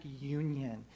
union